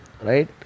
Right